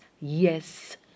yes